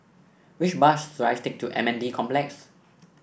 which bus should I take to M N D Complex